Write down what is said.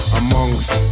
amongst